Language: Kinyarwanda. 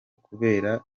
kubera